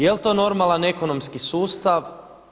Jel' to normalan ekonomski sustav?